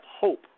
hope